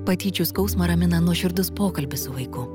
patyčių skausmą ramina nuoširdus pokalbis su vaiku